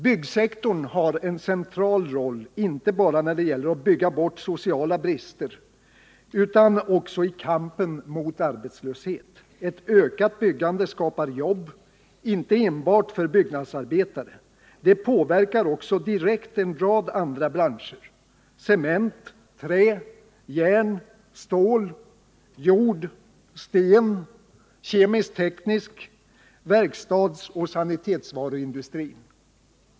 Byggsektorn har en central roll inte bara när det gäller att bygga bort sociala brister utan också i kampen mot arbetslöshet. Ett ökat byggande skapar jobb inte enbart för byggnadsarbetare. Det påverkar också direkt en rad andra branscher: cement-, trä-, järn-, stål-, jordoch stenindustrin, den kemisktekniska industrin samt verkstadsoch sanitetsvaruindustrin.